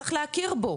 צריך להכיר בו,